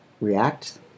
react